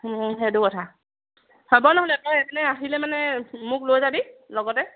সেইটো কথা হ'ব নহ'লে তই এইপিনে আহিলে মানে মোক লৈ যাবি লগতে